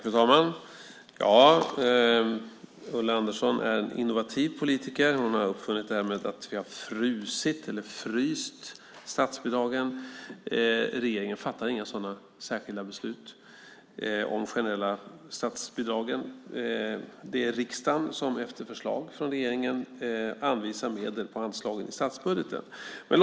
Fru talman! Ulla Andersson är en innovativ politiker. Nu har hon uppfunnit att vi har "frusit" statsbidragen. Regeringen fattar inga sådana särskilda beslut om de generella statsbidragen. Det är riksdagen som efter förslag från regeringen anvisar medel på anslagen i statsbudgeten.